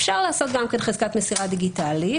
אפשר לעשות גם כן חזקת מסירה דיגיטלית,